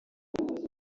gihugu